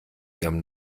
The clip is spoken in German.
ihrem